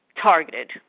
targeted